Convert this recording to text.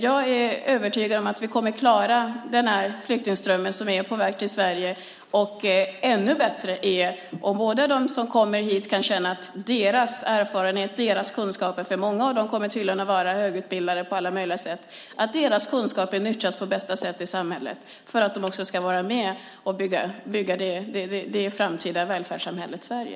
Jag är övertygad om att vi kommer att klara den flyktingström som är på väg till Sverige, och ännu bättre: De som kommer hit kan känna att deras erfarenhet och kunskaper - många av dem kommer tydligen att vara högutbildade på alla möjliga sätt - nyttjas på bästa sätt i samhället för att de också ska vara med och bygga det framtida välfärdssamhället Sverige.